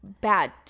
bad